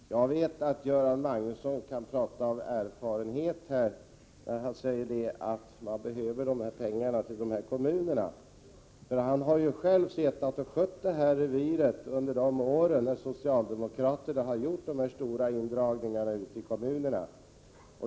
Fru talman! Jag vet att Göran Magnusson kan tala av erfarenhet när han säger att man behöver pengarna till dessa kommuner. Han har ju själv skött det här reviret under de år då socialdemokraterna gjorde dessa stora indragningar ute i kommunerna.